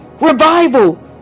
revival